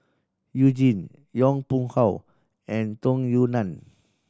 You Jin Yong Pung How and Tung Yue Nang